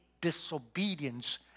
disobedience